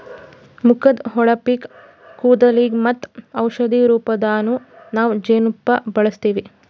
ಮುಖದ್ದ್ ಹೊಳಪಿಗ್, ಕೂದಲಿಗ್ ಮತ್ತ್ ಔಷಧಿ ರೂಪದಾಗನ್ನು ನಾವ್ ಜೇನ್ತುಪ್ಪ ಬಳಸ್ತೀವಿ